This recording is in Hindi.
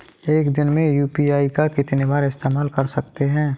एक दिन में यू.पी.आई का कितनी बार इस्तेमाल कर सकते हैं?